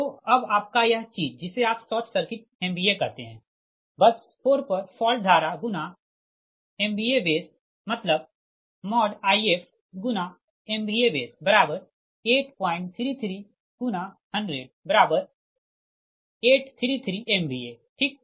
तो आपका यह चीज जिसे आप शॉर्ट सर्किट MVA कहते है बस 4 पर फॉल्ट धारा गुणा MVA बेस मतलब IfMVAbase833×100833 MVA ठीक